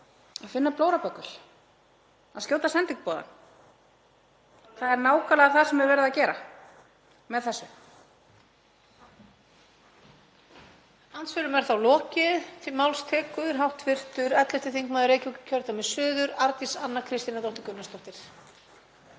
að finna blóraböggull, að skjóta sendiboðann. Það er nákvæmlega það sem er verið að gera með þessu.